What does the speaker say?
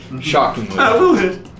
Shockingly